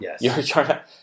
Yes